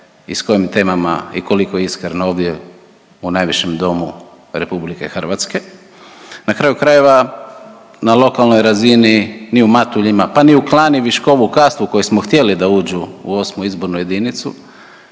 i s kojim temama i koliko iskreno ovdje u najvišem domu RH. Na kraju krajeva, na lokalnoj razini, ni u Matuljima pa ni u Klani, Viškovu, Kastvu, koji smo htjeli da uđu u 8. izbornu jedinicu,